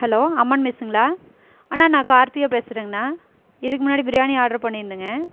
hello Amman மெஸ்சுங்களா அண்ணா நான் கார்த்திகா பேசுகிறேங்ணா இதுக்கு முன்னாடி பிரியாணி ஆர்ட்ரு பண்ணியிருந்தேங்க